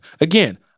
Again